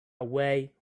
away